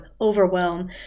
overwhelm